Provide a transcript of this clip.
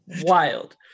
Wild